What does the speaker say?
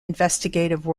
investigative